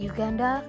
Uganda